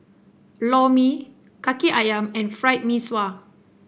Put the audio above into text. Lor Mee Kaki ayam and Fried Mee Sua